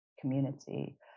community